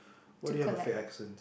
why do you have a fake accents